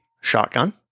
shotgun